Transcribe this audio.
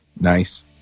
Nice